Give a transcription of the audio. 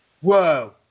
whoa